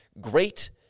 great